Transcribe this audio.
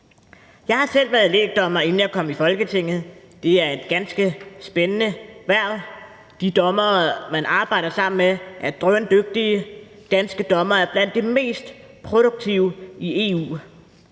Jeg har selv været lægdommer, inden jeg kom i Folketinget. Det er et ganske spændende hverv. De dommere, man arbejder sammen med, er drøndygtige. Danske dommere er blandt de mest produktive i EU.